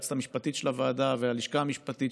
היועצת המשפטית של הוועדה והלשכה המשפטית,